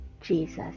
Jesus